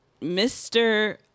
Mr